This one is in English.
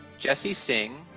jesse singh,